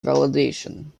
validation